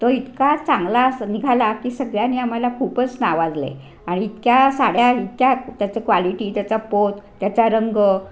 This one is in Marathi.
तो इतका चांगला निघाला की सगळ्यांनी आम्हाला खूपच नावाजले आणि इतक्या साड्या इतक्या त्याचं क्वालिटी त्याचा पोत त्याचा रंग